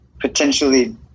potentially